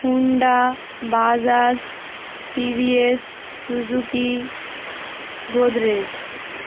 Honda Bajaj TVS Suzuki Godrej